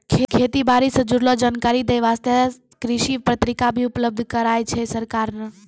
खेती बारी सॅ जुड़लो जानकारी दै वास्तॅ कृषि पत्रिका भी उपलब्ध कराय छै सरकार नॅ